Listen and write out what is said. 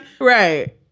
Right